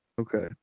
Okay